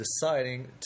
deciding